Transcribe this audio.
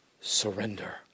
surrender